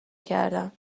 کردم